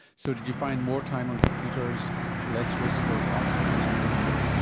so did you find more time on computers less risk of alzheimer's and dementia?